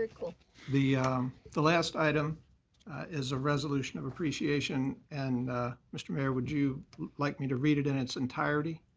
the the last item is a resolution of appreciation and mr. mayor, would you like me to read it in its entirety?